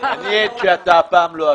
אני עד לכך שאתה הפעם לא אשם.